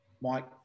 Mike